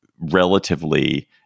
relatively